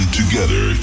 together